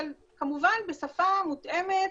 אבל כמובן בשפה מותאמת